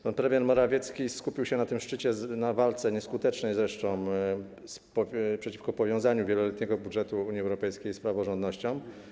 Pan premier Morawiecki skupił się na tym szczycie na walce, nieskutecznej zresztą, przeciwko powiązaniu wieloletniego budżetu Unii Europejskiej z praworządnością.